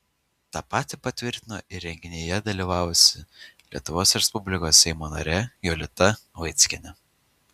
tą patį patvirtino ir renginyje dalyvavusi lr seimo narė jolita vaickienė